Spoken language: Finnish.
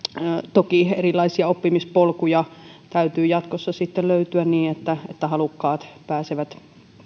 toki erilaisia oppimispolkuja täytyy sitten jatkossa löytyä niin että että halukkaat pääsevät